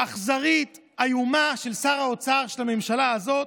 אכזרית ואיומה של שר האוצר של הממשלה הזאת,